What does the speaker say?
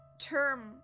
term